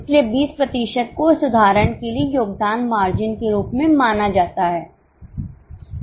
इसलिए 20 प्रतिशत को इस उदाहरण के लिए योगदान मार्जिन के रूप में जाना जाता है